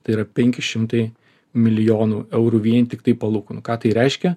tai yra penki šimtai milijonų eurų vien tiktai palūkanų ką tai reiškia